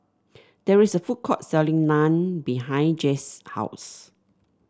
there is a food court selling Naan behind Jase's house